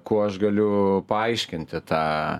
kuo aš galiu paaiškinti tą